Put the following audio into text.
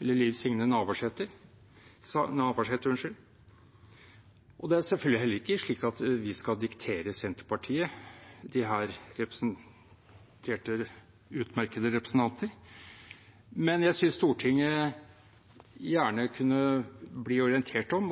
eller Liv Signe Navarsete. Det er selvfølgelig heller ikke slik at vi skal diktere Senterpartiet – her representert ved utmerkede representanter – men jeg synes Stortinget, og også den norske offentlighet, gjerne kunne bli orientert om